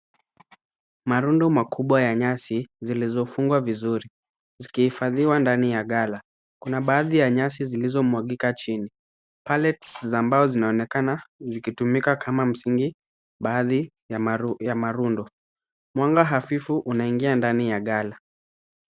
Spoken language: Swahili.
Marundo makubwa ya nyasi zilizofungwa vizuri zikihifadhiwa ndani ya ghala. Kuna baadhi ya nyasi zilizomwagika chini. Pallets za mbao zinaonekana zikitumika kama msingi baadhi ya marundo. Mwanga hafifu unaingia ndani ya ghala.